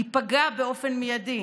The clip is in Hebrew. ייפגע באופן מיידי